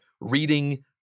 reading